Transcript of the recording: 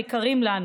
היקרים לנו.